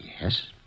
yes